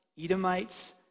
Edomites